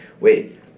wait